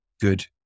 good